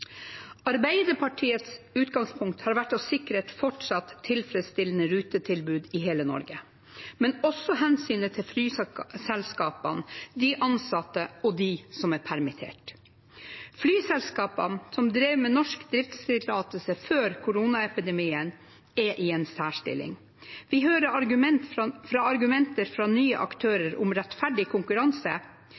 Arbeiderpartiets utgangspunkt har vært å sikre et fortsatt tilfredsstillende rutetilbud i hele Norge, men også hensynet til flyselskapene, de ansatte og de som er permittert. Flyselskapene som drev med norsk driftstillatelse før koronaepidemien, er i en særstilling. Vi hører argumenter fra nye aktører om rettferdig konkurranse,